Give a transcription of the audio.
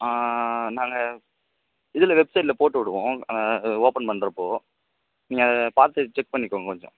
நாங்கள் இதில் வெப்சைட்டில் போட்டுவிடுவோம் ஓப்பன் பண்ணுறப்போ நீங்கள் அதை பார்த்து செக் பண்ணிக்கோ கொஞ்சம்